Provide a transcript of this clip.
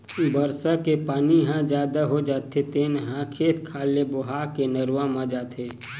बरसा के पानी ह जादा हो जाथे तेन ह खेत खार ले बोहा के नरूवा म जाथे